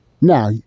Now